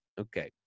okay